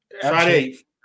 Friday